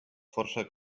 força